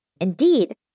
Indeed